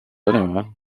anyway